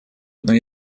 одну